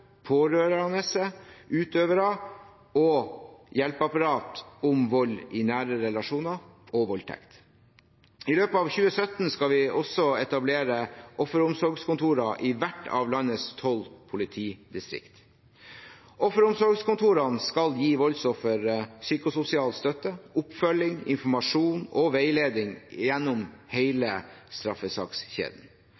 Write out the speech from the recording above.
pårørende, utøvere og hjelpeapparat om vold i nære relasjoner og voldtekt. I løpet av 2017 skal vi også etablere offeromsorgskontorer i hvert av landets tolv politidistrikter. Offeromsorgskontorene skal gi voldsofre psykososial støtte, oppfølging, informasjon og veiledning gjennom hele